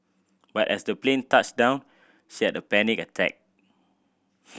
but as the plane touched down she had a panic attack